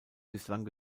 bislang